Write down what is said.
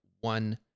one